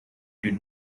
did